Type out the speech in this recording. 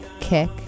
kick